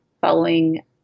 following